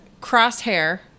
Crosshair